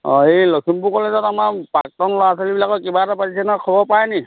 অঁ এই লখিমপুৰ কলেজত আমাৰ প্ৰাক্তন ল'ৰা ছোৱালীবিলাক কিবা এটা পাতিছে নহয় খবৰ পায় নেকি